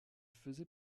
faisait